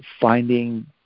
finding